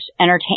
entertain